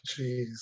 Jeez